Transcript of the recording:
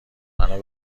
منو